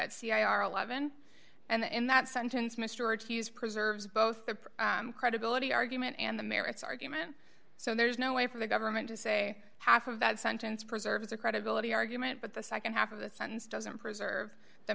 at cia are alive and and in that sentence mr accused preserves both the credibility argument and the merits argument so there's no way for the government to say half of that sentence preserves the credibility argument but the nd half of the sentence doesn't preserve the